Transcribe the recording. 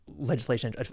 legislation